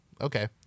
Okay